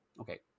Okay